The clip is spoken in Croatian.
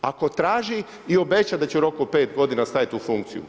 Ako traži i obeća da će u roku od 5 g. staviti u funkciju.